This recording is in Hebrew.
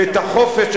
ואת החופש,